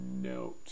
note